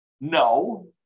no